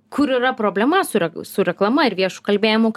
kur yra problema su rek su reklama ir viešu kalbėjimu